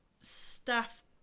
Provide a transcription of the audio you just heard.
staff